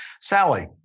Sally